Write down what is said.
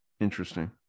Interesting